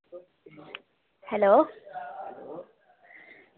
hello